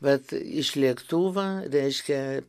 bet iš lėktuvo reiškia